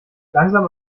langsam